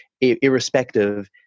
irrespective